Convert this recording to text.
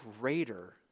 greater